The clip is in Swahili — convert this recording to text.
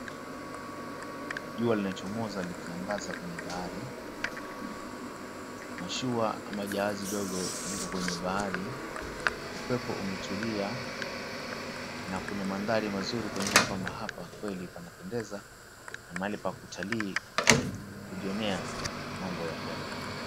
Jua linachomoza likiangaza kwenye bahari, mashua ama jahazi dogo liko kwenye bahari, upepo umetulia na kuna maandhari mazuri kuonyesha kwamba hapa kweli pana pendeza, ni mahali pa kutalii kujionea mambo ya pwani.